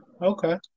Okay